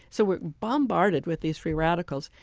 so we're bombarded with these free radicals,